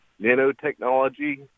nanotechnology